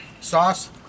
Sauce